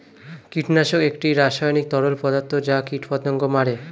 কীটনাশক একটি রাসায়নিক তরল পদার্থ যা কীটপতঙ্গ মারে